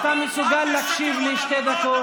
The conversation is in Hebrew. אתה מסוגל להקשיב לי שתי דקות?